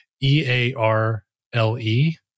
E-A-R-L-E